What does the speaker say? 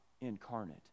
incarnate